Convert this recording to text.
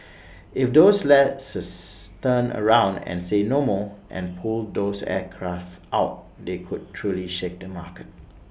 if those lessors turn around and say 'no more' and pull those aircraft out they could truly shake the market